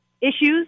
issues